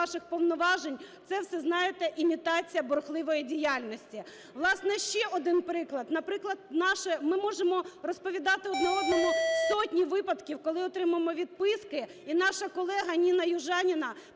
Власне, ще один приклад. Наприклад, наше… Ми можемо розповідати один одному сотні випадків, коли отримуємо відписки, і наша колега Ніна Южаніна